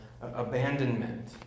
abandonment